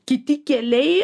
kiti keliai